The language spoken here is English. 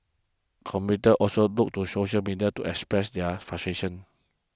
commuters also took to social media to express their frustration